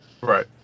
Right